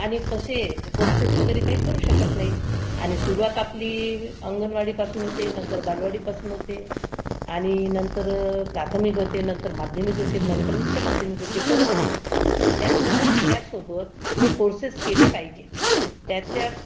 आणि तसे कोर्सेस वगैरे काही करू शकत नाहीत आणि सुरवात आपली अंगणवाडीपासून होते नंतर बालवाडीपासून होते आणि नंतर प्राथमिक होते नंतर माध्यमिक होते नंतर उच्च माध्यमिक होते परंतु त्या बरो त्यासोबत हे कोर्सेस केले पाहिजे त्याच्यात